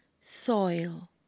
Soil